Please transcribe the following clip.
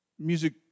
Music